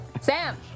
Sam